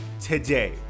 today